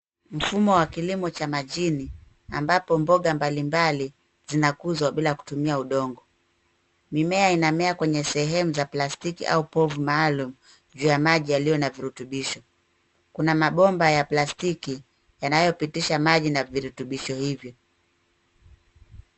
Mfumo wa kilimo cha majini ambapo mboga mbali mbali zinakuzwa bila kutumia udongo. Mimea inamea kwenye sehemu za plastiki au povu maalum vya maji yaliyo na virutubisho. Kuna mabomba ya plastiki yanayopitisha maji na virutubishi hivyo.